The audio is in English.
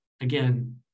again